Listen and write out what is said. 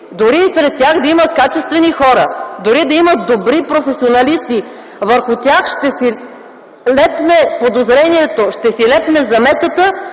Дори и сред тях да има качествени хора, дори да има добри професионалисти, върху тях ще се лепне подозрението, ще се лепне заметата,